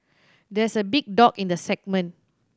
there is a big dog in the segment